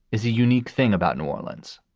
is a unique thing about new orleans.